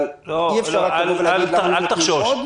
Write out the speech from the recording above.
אבל אי אפשר רק לבוא ולהגיד למה לא נותנים עוד.